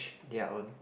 they are on